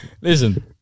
Listen